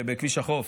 ההוא בכביש החוף.